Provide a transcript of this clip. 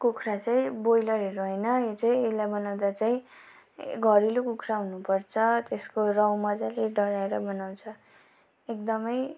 कुखुराहरू चाहिँ ब्रोइलरहरू होइन यो चाहिँ यसलाई बनाउँदा चाहिँ घरेलु कुखुरा हुनुपर्छ त्यसको रौँ मजाले डढाएर बनाउँछ एकदमै